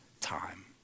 time